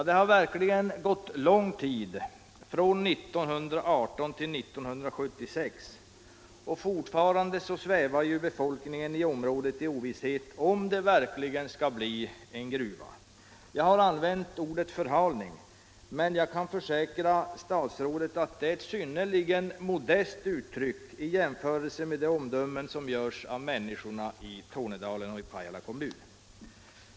Det har verkligen gått lång tid — från 1918 till 1976 — och fortfarande svävar befolkningen i området i ovisshet om det verkligen skall bli någon gruva. Jag har använt ordet förhalning, men jag kan försäkra statsrådet att det är ett synnerligen modest uttryck i jämförelse med de omdömen som görs av människorna i Tornedalen och Pajala kommun.